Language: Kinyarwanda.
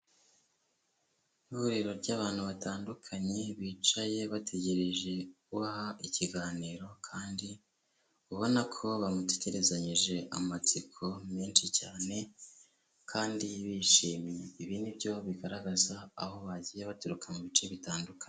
Ihuriro ry'abantu batandukanye, bicaye bategereje ubaha ikiganiro kandi ubona ko bamutegerezanyije amatsiko menshi cyane kandi bishimiye. Ibi nibyo bigaragaza aho bagiye baturuka mu bice bitandukanye.